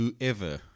whoever